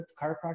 chiropractor